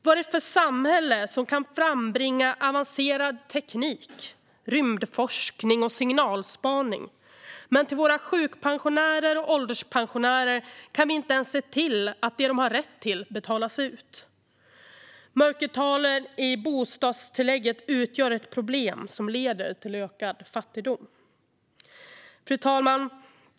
Vad är det för samhälle som kan frambringa avancerad teknik, rymdforskning och signalspaning men som inte ens kan se till att det som våra sjukpensionärer och ålderspensionärer har rätt till betalas ut? Mörkertalen i bostadstillägget utgör ett problem som leder till ökad fattigdom. Fru talman!